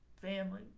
family